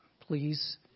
Please